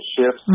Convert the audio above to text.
shifts